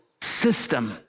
system